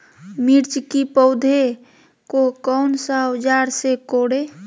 मिर्च की पौधे को कौन सा औजार से कोरे?